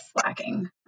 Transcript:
slacking